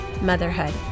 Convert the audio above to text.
motherhood